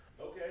Okay